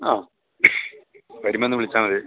ആ വരുമ്പോൾ ഒന്ന് വിളിച്ചാൽ മതി